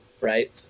right